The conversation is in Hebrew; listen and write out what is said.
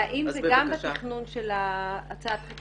האם זה גם בתכנון של הצעת החקיקה שאתה מדבר עליה?